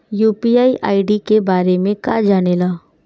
UPI ID के बारे में का जाने ल?